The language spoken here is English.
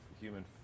human